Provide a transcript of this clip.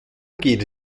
geht